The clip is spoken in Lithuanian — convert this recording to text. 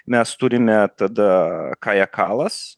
mes turime tada kają kalas